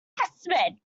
harassment